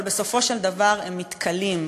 אבל בסופו של דבר מתכלים,